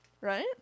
right